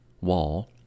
wall